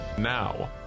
Now